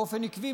באופן עקבי,